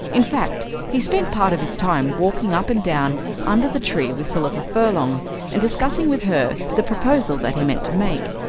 in fact, he spent part of his time walking up and down under the trees with philippa furlong and discussing with her the proposal that he meant to make,